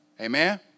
Amen